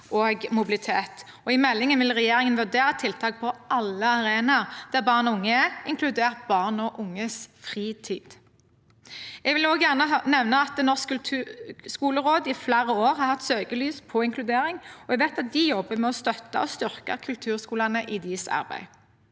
og mobilitet. I meldingen vil regjeringen vurdere tiltak på alle arenaer der barn og unge er, inkludert barn og unges fritid. Jeg vil også gjerne nevne at Norsk kulturskoleråd i flere år har hatt søkelyset på inkludering, og jeg vet at de jobber med å støtte og styrke kulturskolene i deres arbeid.